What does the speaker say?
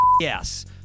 Yes